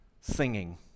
singing